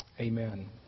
Amen